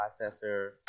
processor